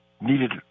needed